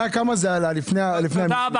כמה הדלק עלה לפני הבלו?